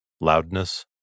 loudness